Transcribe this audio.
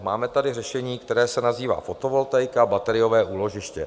Máme tady řešení, které se nazývá fotovoltaika, bateriové úložiště.